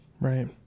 Right